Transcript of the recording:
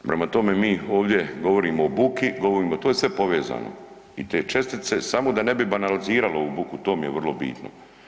Prema tome, mi ovdje govorimo o buki, govorimo, to je sve povezano i te čestice, samo da ne bi banaliziralo ovu buku, u tom je vrlo bitno.